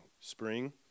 spring